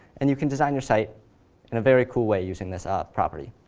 and you can design your site in a very cool way using this ah property.